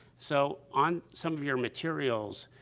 so, on some of your materials,